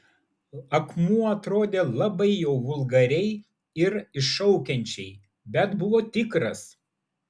akmuo atrodė labai jau vulgariai ir iššaukiančiai bet buvo tikras